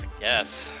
Yes